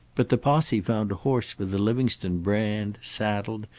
but the posse found a horse with the livingstone brand, saddled,